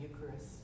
Eucharist